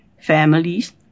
Families